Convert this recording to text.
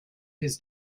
his